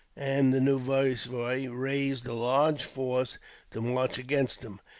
and the new viceroy raised a large force to march against him.